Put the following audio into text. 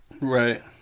Right